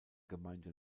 gemeinde